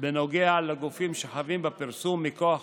בנוגע לגופים שחבים בפרסום מכוח